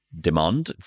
demand